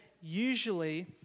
usually